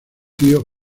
tío